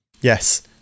Yes